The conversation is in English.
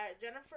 Jennifer